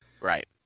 Right